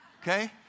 Okay